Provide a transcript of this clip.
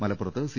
മലപ്പുറത്ത് സി